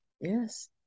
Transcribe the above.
Yes